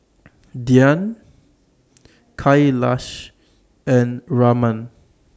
Dhyan Kailash and Raman